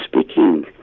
speaking